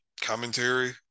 commentary